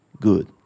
good